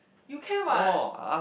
you can what